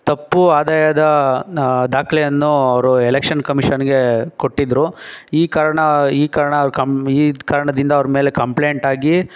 ತಪ್ಪು ಆದಾಯದ ದಾಖಲೆಯನ್ನು ಅವರು ಎಲೆಕ್ಷನ್ ಕಮಿಷನ್ಗೆ ಕೊಟ್ಟಿದ್ದರು ಈ ಕಾರಣ ಈ ಕಾರಣ ಅವ್ರ ಕಮ್ ಈದ್ ಕಾರಣದಿಂದ ಅವ್ರ ಮೇಲೆ ಕಂಪ್ಲೆಂಟ್ ಆಗಿ